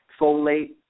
folate